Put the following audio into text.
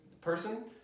person